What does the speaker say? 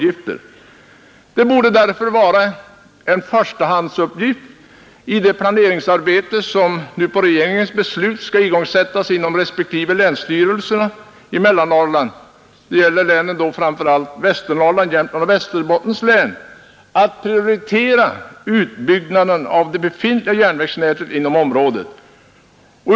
Att prioritera utbyggnaden av det befintliga järnvägsnätet inom området borde därför vara en förstahandsuppgift i det planeringsarbete som nu på regeringens beslut skall igångsättas inom länsstyrelserna i mellersta Norrland. Det gäller då framför allt Västernorrlands, Jämtlands och Västerbottens län.